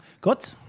Good